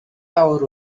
awr